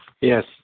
Yes